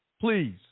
please